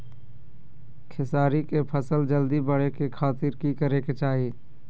खेसारी के फसल जल्दी बड़े के खातिर की करे के चाही?